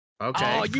Okay